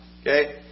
Okay